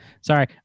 Sorry